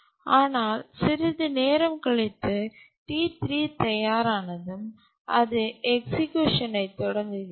ஆனால் சிறிது நேரம் கழித்து T3 தயாரானதும் அது எக்சிக்யூஷன் ஐ தொடங்குகிறது